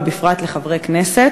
ובפרט לחברי כנסת?